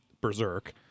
Berserk